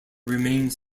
remains